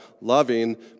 loving